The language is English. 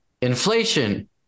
inflation